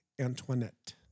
Antoinette